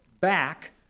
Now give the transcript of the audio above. back